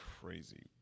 crazy